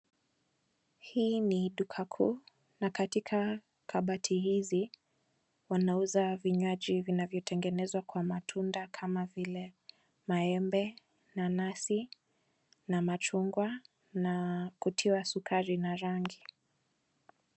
Hii ni duka kuu na katika kabati hizi wanauza vinywaji vinavyotengenezwa kwa matunda kama vile: maembe, nanasi na machungwa na kutiwa sukari na rangi.